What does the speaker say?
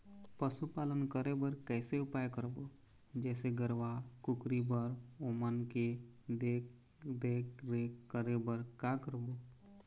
पशुपालन करें बर कैसे उपाय करबो, जैसे गरवा, कुकरी बर ओमन के देख देख रेख करें बर का करबो?